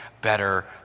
better